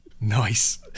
nice